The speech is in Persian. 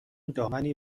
دامنی